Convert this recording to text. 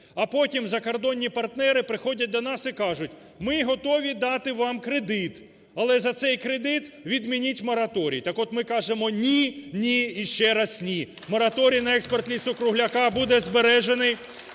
А потім закордонні партнери приходять до нас і кажуть: ми готові дати вам кредит, але за цей кредит відмініть мораторій. Так от, ми кажемо: ні, ні і ще раз – ні! Мораторій на експорт лісу-кругляка буде збережений,